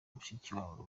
mushikiwabo